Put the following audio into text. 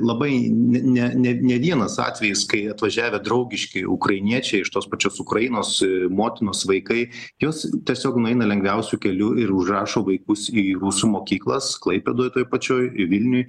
labai ne ne ne vienas atvejis kai atvažiavę draugiški ukrainiečiai iš tos pačios ukrainos motinos vaikai jos tiesiog nueina lengviausiu keliu ir užrašo vaikus į rusų mokyklas klaipėdoj toj pačioj ir vilniuj